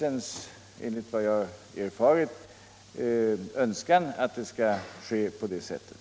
Enligt vad jag har erfarit är polisens önskan att kontrollen sker på det sättet.